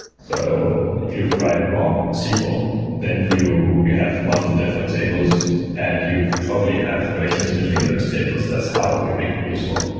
so if you write raw sql, then you you have multiple different tables and you probably have relations between those tables. that's how you make them useful.